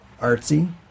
artsy